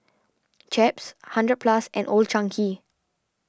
Chaps hundred Plus and Old Chang Kee